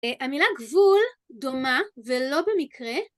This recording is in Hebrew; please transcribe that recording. המילה גבול דומה ולא במקרה